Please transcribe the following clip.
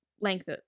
length